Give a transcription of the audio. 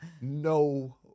no